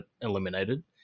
eliminated